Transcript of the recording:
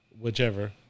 Whichever